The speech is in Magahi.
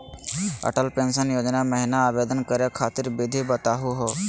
अटल पेंसन योजना महिना आवेदन करै खातिर विधि बताहु हो?